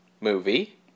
movie